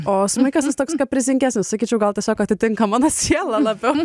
o smuikas toks kaprizingesnis sakyčiau gal tiesiog atitinka mano sielą labiau